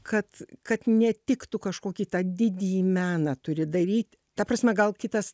kad kad ne tik tu kažkokį tą didįjį meną turi daryt ta prasme gal kitas